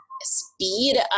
speed